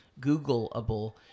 googleable